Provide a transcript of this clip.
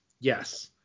Yes